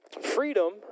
freedom